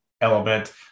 element